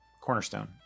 Cornerstone